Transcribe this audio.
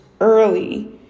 early